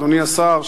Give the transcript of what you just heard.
אדוני השר,